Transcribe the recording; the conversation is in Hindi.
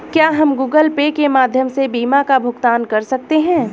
क्या हम गूगल पे के माध्यम से बीमा का भुगतान कर सकते हैं?